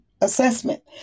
assessment